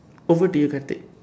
over do you Karthik